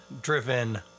driven